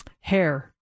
hair